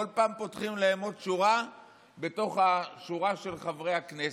בכל פעם פותחים להם עוד שורה בתוך השורה של חברי הכנסת.